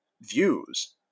views